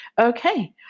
okay